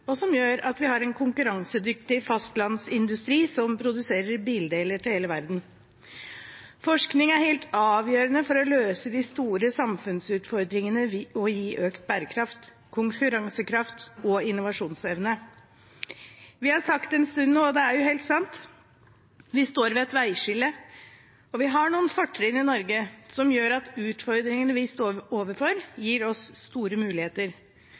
og som gjør at vi har en konkurransedyktig fastlandsindustri som produserer bildeler til hele verden. Forskning er helt avgjørende for å løse de store samfunnsutfordringene og gi økt bærekraft, konkurransekraft og innovasjonsevne. Vi har sagt det en stund nå, og det er jo helt sant: Vi står ved et veiskille. Vi har noen fortrinn i Norge som gjør at utfordringene vi står overfor, gir oss store muligheter.